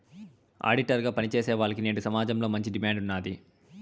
auditor గా పని చేసేవాల్లకి నేడు సమాజంలో మంచి డిమాండ్ ఉన్నాది